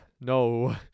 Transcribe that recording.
no